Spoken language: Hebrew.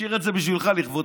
נשיר את זה בשבילך, לכבודך.